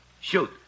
Shoot